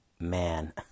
man